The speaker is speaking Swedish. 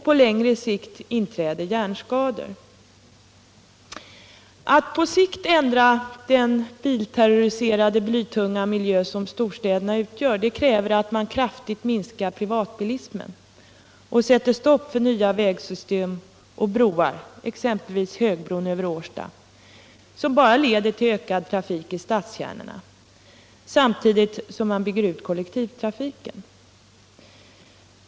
På längre sikt inträder hjärnskador. Att på sikt ändra den bilterroriserade blytunga miljö som storstäderna utgör kräver att man kraftigt minskar privatbilismen, sätter stopp för nya vägsystem och broar, exempelvis högbron över Årstaviken, som bara leder till ökad trafik i stadskärnorna, samtidigt som man bygger ut kollektivtrafiken.